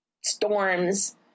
storms